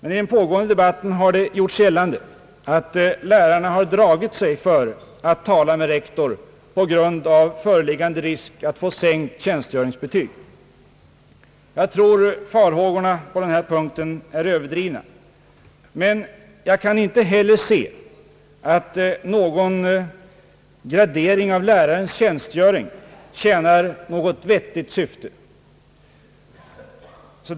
I den pågående debatten har det gjorts gällande att lärarna har dragit sig för att tala med rektor på grund av föreliggande risk att få sänkt tjänstgöringsbetyg. Jag tror farhågorna är överdrivna. Men jag kan inte heller se att någon gradering av lärarens tjänstgöring tjänar något vettigt syfte.